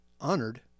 honored